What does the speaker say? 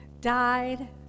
died